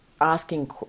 asking